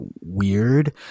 weird